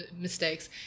mistakes